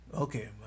Okay